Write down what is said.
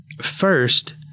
First